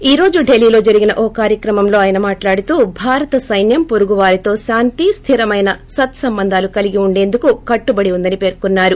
ఈ రోజు ఢిల్లీలో జరిగిన ఓ కార్యక్రమంలో ఆయన మాట్లాడుతూ భారత సైన్యం పొరుగు వారితో శాంతి స్దిరమైన సత్పంబంధాలు కలిగి ఉండేందుకు కట్టుబడి ఉందని పేర్కొన్నారు